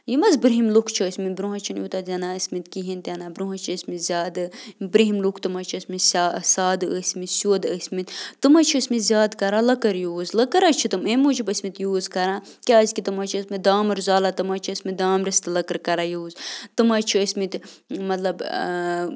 یِم حظ برُنٛہِم لُکھ چھِ ٲسۍمٕتۍ برٛونٛہہ حظ چھِنہٕ یوٗتاہ زینان ٲسۍمٕتۍ کِہیٖنۍ تہِ نَہ برٛونٛہہ حظ چھِ ٲسۍمٕتۍ زیادٕ یِم برُنٛہِم لُکھ تِم حظ چھِ ٲسۍمٕتۍ سادٕ ٲسۍمٕتۍ سیوٚد ٲسۍمٕتۍ تِم حظ چھِ ٲسۍمٕتۍ زیادٕ کَران لٔکٕر یوٗز لٔکٕر حظ چھِ تِم اَمہِ موٗجوٗب ٲسۍمٕتۍ یوٗز کَران کیٛازکہِ تِم حظ چھِ ٲسۍمٕتۍ دانٛمُر زالان تِم حظ چھِ ٲسۍمٕتۍ دانٛمبرِس تہِ لٔکٕر کَران یوٗز تِم حظ چھِ ٲسۍمٕتۍ مطلب